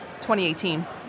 2018